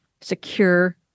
secure